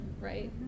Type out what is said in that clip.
right